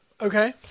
Okay